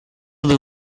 dur